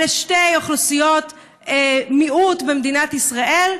אלה שתי אוכלוסיות מיעוט במדינת ישראל,